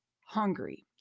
hungry